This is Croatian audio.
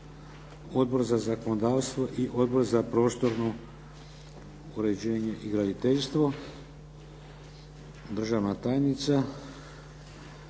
Odbor za zakonodavstvo i Odbor za prostorno uređenje i graditeljstvo. Državna tajnica